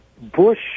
Bush